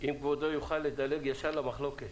אם כבודו יוכל לדלג ישר למחלוקת.